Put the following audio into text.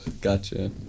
gotcha